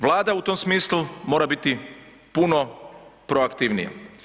Vlada u tom smislu mora biti puno proaktivnija.